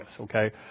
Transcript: okay